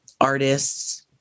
artists